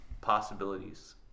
possibilities